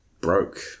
broke